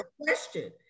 question